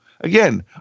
again